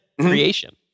creation